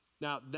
Now